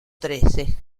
trece